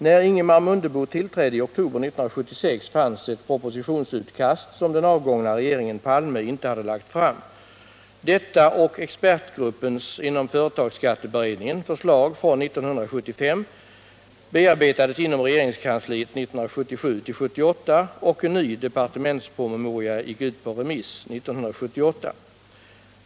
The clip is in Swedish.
När Ingemar Mundebo tillträdde i oktober 1976 fanns ett propositionsutkast, som den avgångna regeringen Palme inte hade lagt fram. Detta och expertgruppens inom företagsskatteberedningen förslag från 1975 bearbetades inom regeringskansliet 1977/78, och en ny departementspromemoria gick ut på remiss 1978.